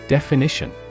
Definition